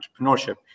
entrepreneurship